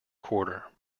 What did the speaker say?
quarter